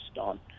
on